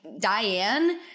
diane